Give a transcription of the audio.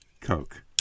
Coke